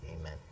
amen